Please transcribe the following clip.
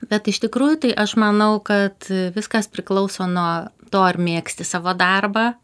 bet iš tikrųjų tai aš manau kad viskas priklauso nuo to ar mėgsti savo darbą